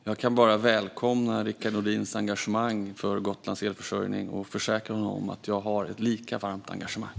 Fru talman! Jag kan bara välkomna Rickard Nordins engagemang för Gotlands elförsörjning och försäkra honom att jag har ett lika varmt engagemang.